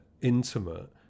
intimate